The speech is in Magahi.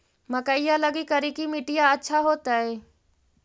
मकईया लगी करिकी मिट्टियां अच्छा होतई